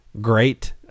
great